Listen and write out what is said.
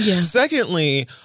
Secondly